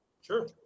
Sure